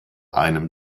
einem